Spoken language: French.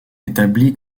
établit